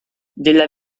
della